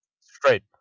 straight